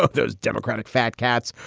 ah there's democratic fat cats.